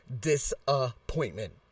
disappointment